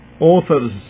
authors